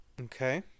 Okay